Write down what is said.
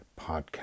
podcast